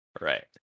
Right